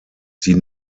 sie